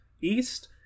east